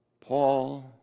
Paul